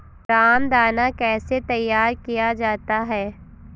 रामदाना कैसे तैयार किया जाता है?